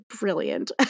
brilliant